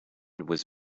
was